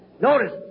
Notice